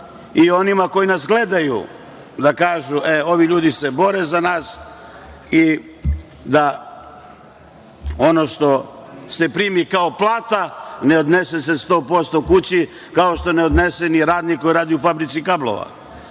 o onima koji nas gledaju, da kažu - e, ovi ljudi se bore za nas, i da ono što se primi kao plata ne odnese se 100% kući, kao što ne odnese ni radnik koji radi u fabrici kablova